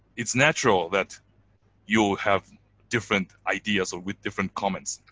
it's natural that you'll have different ideas or with different comments.